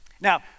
Now